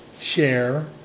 share